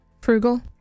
frugal